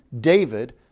David